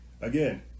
again